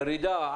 ירידה,